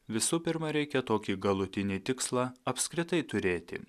visų pirma reikia tokį galutinį tikslą apskritai turėti